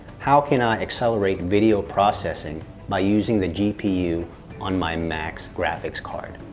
how can i accelerate video processing by using the gpu on my mac's graphics card?